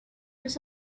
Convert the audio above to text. was